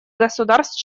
государств